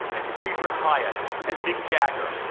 and friedrich hayek, and mick jagger.